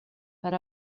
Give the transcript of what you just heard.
per